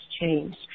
changed